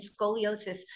scoliosis